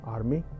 Army